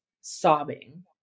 sobbing